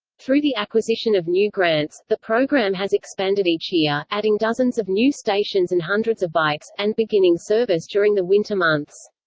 through the acquisition of new grants, the program has expanded each year, adding dozens of new stations and hundreds of bikes, and beginning service during the winter months.